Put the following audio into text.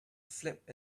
flip